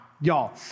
y'all